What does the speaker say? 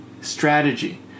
strategy